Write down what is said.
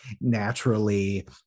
naturally